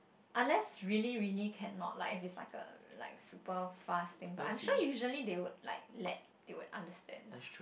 unless really really cannot like if it's like a like super fast thing but I'm sure usually they would like let they will understand lah